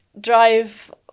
drive